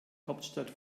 hauptstadt